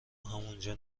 همونجا